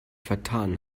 vertan